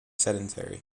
sedentary